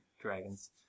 dragons